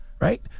Right